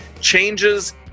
changes